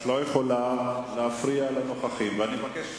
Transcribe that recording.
את לא יכולה להפריע לנוכחים, ואני מבקש